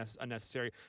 unnecessary